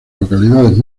localidades